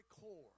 core